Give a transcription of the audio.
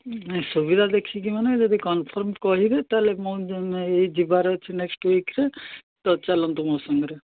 ନାଇଁ ସୁବିଧା ଦେଖିକି ମାନେ ଯଦି କନଫର୍ମ କହିବେ ତା'ହେଲେ ମୁଁ ଏଇ ଯିବାର ଅଛି ନେକ୍ସଟ ୱିକରେ ତ ଚାଲନ୍ତୁ ମୋ ସାଙ୍ଗରେ